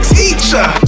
teacher